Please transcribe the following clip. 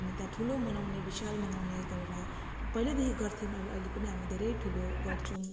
हामी त्यहाँ ठुलो मनाउने विशाल मनाउने गरेर पहिलादेखि गर्थ्यौँ अहिले अहिले पनि हामी धेरै ठुलो गर्छौँ